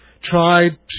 tried